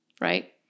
right